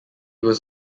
was